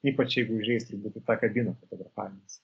ypač jeigu užeisi į tą kabiną fotografavimosi